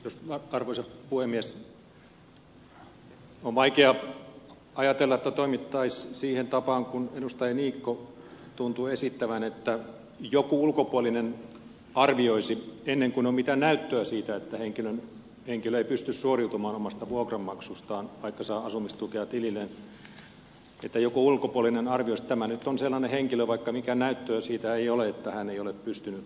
on vaikea ajatella että toimittaisiin siihen tapaan kuin edustaja niikko tuntuu esittävän että joku ulkopuolinen arvioisi ennen kuin on mitään näyttöä siitä että henkilö ei pysty suoriutumaan omasta vuokranmaksustaan vaikka saa asumistukea tililleen että joku ulkopuolinen arvioisi tämän että nyt on sellainen henkilö vaikka mitään näyttöä siitä ei ole että hän ei ole pystynyt suoriutumaan